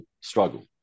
struggle